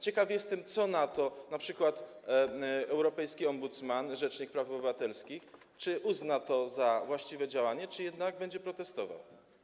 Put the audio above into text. Ciekaw jestem, co na to np. europejski ombudsman, rzecznik praw obywatelskich, czy uzna to za właściwe działanie, czy jednak będzie protestował.